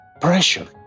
pressure